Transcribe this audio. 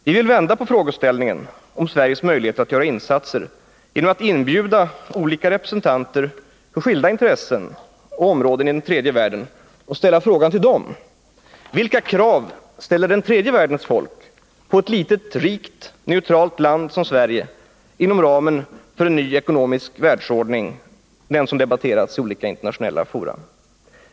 Vi vill vända på frågeställningen om Sveriges möjligheter att göra insatser genom att inbjuda representanter för skilda intressen och områden i tredje världen och ställa frågan till dem: Vilka krav ställer den tredje världens folk på ett litet, rikt, neutralt land som Sverige inom ramen för en ny ekonomisk världsordning, den som debatterats i olika internationella fora?